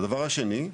דבר שני,